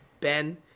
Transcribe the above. Ben